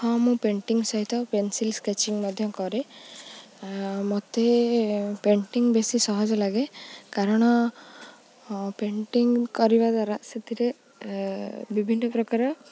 ହଁ ମୁଁ ପେଣ୍ଟିଂ ସହିତ ପେନସିଲ୍ ସ୍କେଚିଂ ମଧ୍ୟ କରେ ମୋତେ ପେଣ୍ଟିଂ ବେଶୀ ସହଜ ଲାଗେ କାରଣ ପେଣ୍ଟିଂ କରିବା ଦ୍ୱାରା ସେଥିରେ ବିଭିନ୍ନ ପ୍ରକାର